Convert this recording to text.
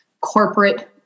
corporate